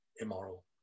immoral